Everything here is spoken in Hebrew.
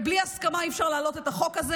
ובלי הסכמה אי-אפשר להעלות את החוק הזה